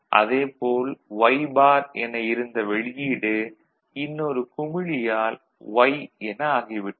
அதே போல் Y bar என இருந்த வெளியீடு இன்னொரு குமிழியால் Y என ஆகிவிட்டது